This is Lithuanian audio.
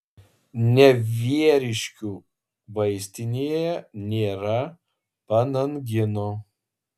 nevieriškių vaistinėje nėra panangino